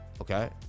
Okay